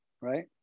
Right